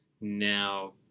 Now